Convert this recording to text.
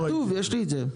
יש לי את זה כתוב.